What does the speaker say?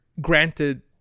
granted